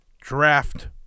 Draft